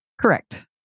Correct